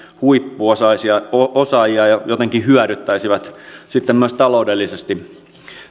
huippuosaajia ja jotenkin hyödyttäisivät sitten myös taloudellisesti